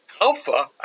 Alpha